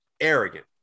arrogant